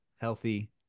healthy